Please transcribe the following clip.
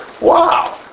Wow